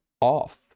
off